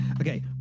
Okay